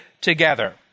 together